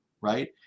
right